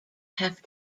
have